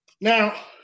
Now